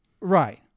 Right